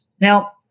Now